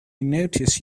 notice